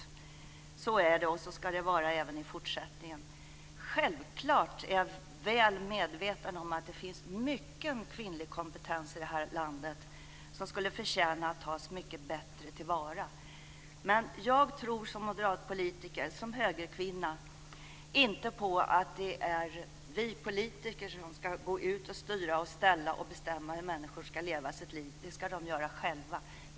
Så är det, och så ska det vara även i fortsättningen. Självfallet är jag väl medveten om att det finns mycken kvinnlig kompetens i det här landet, som skulle förtjäna att tas mycket bättre till vara. Men jag tror som moderatpolitiker och som högerkvinna inte på att det är vi politiker som ska gå ut och styra och ställa och bestämma hur människor ska leva sitt liv - det ska de göra själva.